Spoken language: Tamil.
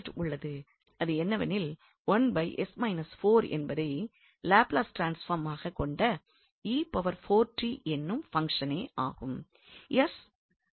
அதென்னவெனில் என்பதை லாப்லஸ் ட்ரான்ஸ்பார்மாகக் கொண்ட என்னும் பங்ஷனே ஆகும்